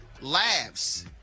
laughs